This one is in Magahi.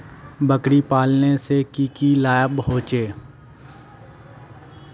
बकरी पालने से की की लाभ होचे?